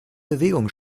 bewegung